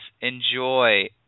enjoy